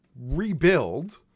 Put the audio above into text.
rebuild